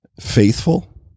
faithful